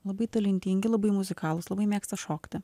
labai talentingi labai muzikalūs labai mėgsta šokti